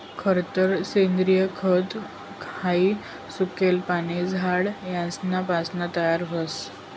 खरतर सेंद्रिय खत हाई सुकेल पाने, झाड यासना पासीन तयार व्हस